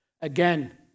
Again